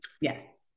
Yes